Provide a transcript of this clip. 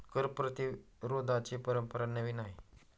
कर प्रतिरोधाची परंपरा नवी नाही